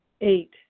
Eight